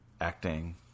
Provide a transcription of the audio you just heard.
acting